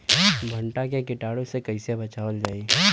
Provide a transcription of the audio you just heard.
भनटा मे कीटाणु से कईसे बचावल जाई?